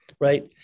right